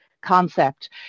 concept